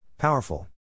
Powerful